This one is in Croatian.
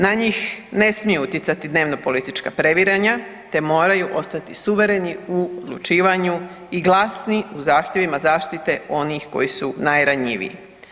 Na njih ne smiju utjecati dnevno politička previranja te moraju ostati suvereni u odlučivanju i glasni u zahtjevima zaštite onih koji su najranjiviji.